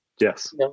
Yes